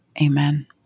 Amen